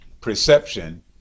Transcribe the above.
perception